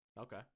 Okay